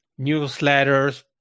newsletters